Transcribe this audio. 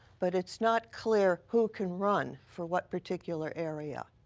but it's not clear who can run for what particular area.